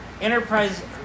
Enterprise